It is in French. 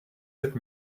sept